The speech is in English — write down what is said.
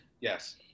yes